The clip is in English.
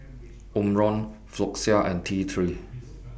Omron Floxia and T three